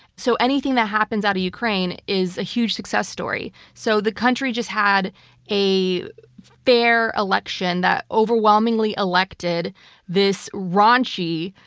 so anything that happens out of ukraine is a huge success story so, the country just had a fair election that overwhelmingly elected this raunchy,